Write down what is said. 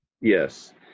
Yes